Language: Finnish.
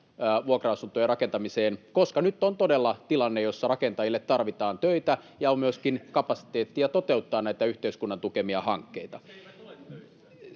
vuokra-asuntojen rakentamiseen, koska nyt on todella tilanne, jossa rakentajille tarvitaan töitä ja on myöskin kapasiteettia toteuttaa näitä yhteiskunnan tukemia hankkeita.